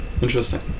Interesting